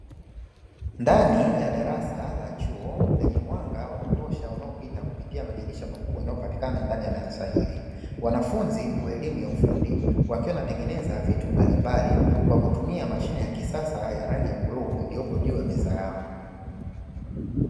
Ndani ya darasa la chuo, lenye mwanga wa kutosha unaopita kupitia madirisha makubwa yanayopatikana ndani ya darasa hili, wanafunzi wa elimu ya ufundi wakiwa wanatengeneza vitu mbalimbali kwa kutumia mashine ya kisasa ya rangi ya bluu iliyopo juu ya meza yao.